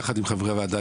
יחד עם חברי הוועדה,